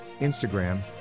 Instagram